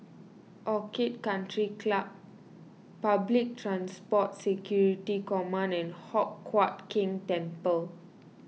Orchid Country Club Public Transport Security Command and Hock Huat Keng Temple